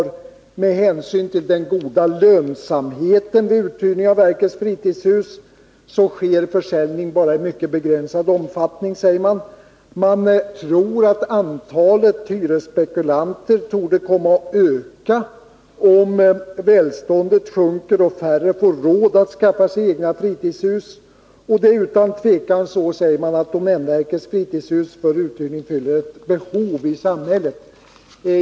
Med hänsyn till den goda lönsamheten vid uthyrning av verkets fritidshus sker försäljning bara i mycket begränsad omfattning, säger man, och man tror att antalet hyresspekulanter kommer att öka, om välståndet sjunker och färre får råd att skaffa sig egna fritidshus. Utan tvivel, säger man, fyller domänverkets fritidshus ett behov i samhället.